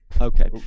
Okay